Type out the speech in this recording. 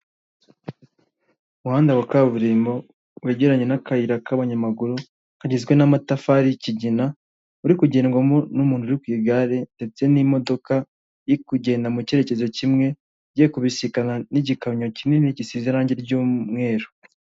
Umuhanda wa kaburimbo wegeranye n'akayira k'abanyamaguru kagizwe n'amatafari y'ikigina, uri kugendwamo n'umuntu uri ku igare ndetse n'imodoka iri kugenda mu cyerekezo kimwe, igiye kubisikana n'igikamyo kinini gisize irangi ry'umweru.